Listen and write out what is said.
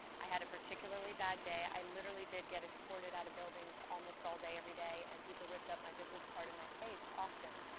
i had a particularly bad day. i literally did get escorted out of buildings almost all day every day and people ripped up my business card in my face often.